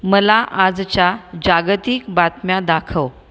मला आजच्या जागतिक बातम्या दाखव